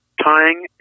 Tying